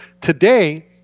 today